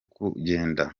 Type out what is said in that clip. kugenda